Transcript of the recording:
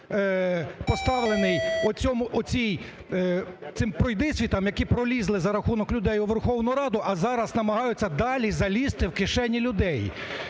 поставлений цим пройдисвітам, які пролізли за рахунок людей у Верховну Раду, а зараз намагаються далі залізти в кишені людей.